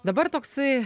dabar toksai